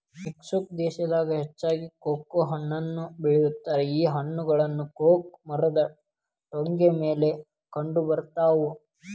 Mexico ದೇಶದಾಗ ಹೆಚ್ಚಾಗಿ cocoa ಹಣ್ಣನ್ನು ಬೆಳಿತಾರ ಈ ಹಣ್ಣುಗಳು ಕೊಕೊ ಮರದ ಟೊಂಗಿ ಮೇಲೆ ಕಂಡಬರ್ತಾವ